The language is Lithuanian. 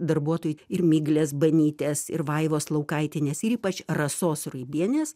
darbuotojų ir miglės banytės ir vaivos laukaitienės ir ypač rasos ruibienės